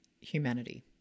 humanity